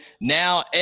now